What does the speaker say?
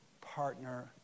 partner